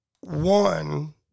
One